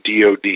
DOD